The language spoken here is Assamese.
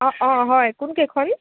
অঁ হয় কোনকেইখন